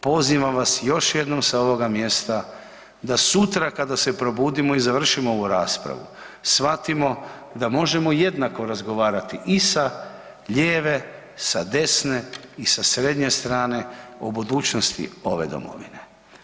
Pozivam vas još jednom sa ovoga mjesta da sutra kada se probudimo i završimo ovu raspravu shvatimo da možemo jednako razgovarati i sa lijeve, sa desne i sa srednje strane o budućnosti ove Domovine.